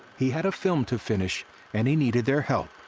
he had a film to finish and he needed their help.